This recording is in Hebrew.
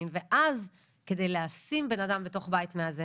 ואז כדי להשים בן אדם בתוך בית מאזן,